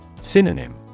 Synonym